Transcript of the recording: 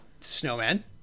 Snowman